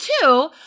two –